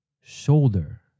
Shoulder